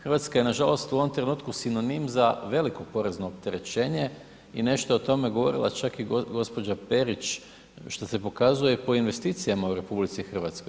Hrvatska je nažalost u ovom trenutku sinonim za veliko porezno opterećene i nešto o tome je govorila čak i gđa. Perić, što se pokazuje i po investicijama u RH.